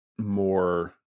more